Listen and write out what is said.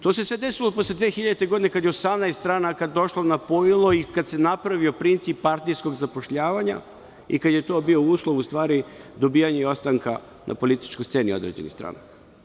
To se sve desilo posle 2000. godine, kada je 18 stranaka došlo na pojilo i kad se napravio princip partijskog zapošljavanja i kada je to bio uslov, u stvari, dobijanja ostanka na političkoj sceni određenih stranaka.